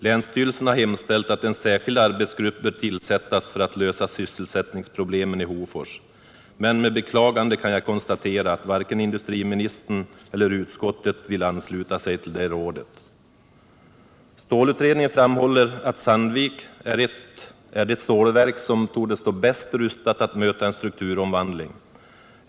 Länsstyrelsen har hemställt att en särskild arbetsgrupp tillsätts för att lösa sysselsättningsproblemen i Hofors, men med beklagande kan jag konstatera att varken industriministern eller utskottet vill ansluta sig till det rådet. Stålutredningen framhåller att Sandvik AB är det stålverk som torde stå bäst rustat att möta en strukturomvandling.